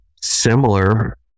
similar